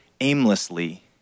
aimlessly